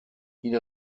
ils